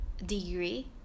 Degree